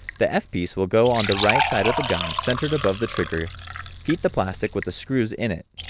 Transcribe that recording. the f piece will go on the right side of the gun centered above the trigger heat the plastic with the screws in it,